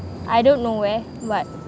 I don't know where but